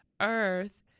earth